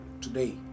today